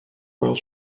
while